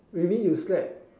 really you slept